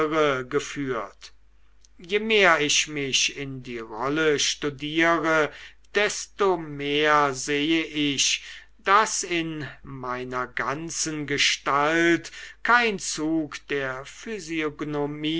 je mehr ich mich in die rolle studiere desto mehr sehe ich daß in meiner ganzen gestalt kein zug der